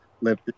live